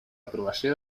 aprovació